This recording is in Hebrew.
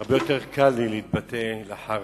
הרבה יותר קל להתבטא לאחר